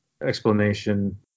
explanation